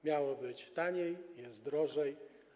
Miało być taniej, jest drożej.